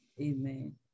Amen